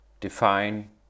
Define